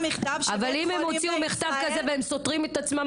אבל אם הם הוציאו מכתב כזה והם סותרים את עצמם עכשיו